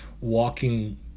walking